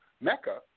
Mecca